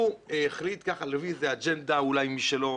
שהוא החליט ככה להביא איזה אג'נדה אולי משלו,